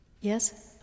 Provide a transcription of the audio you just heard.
Yes